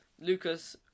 Lucas